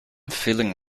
feeling